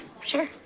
sure